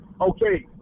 Okay